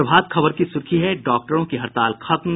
प्रभात खबर की सुर्खी है डॉक्टरों की हड़ताल खत्म